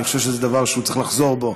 אני חושב שזה דבר שהוא צריך לחזור בו.